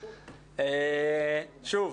שוב,